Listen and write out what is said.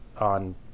on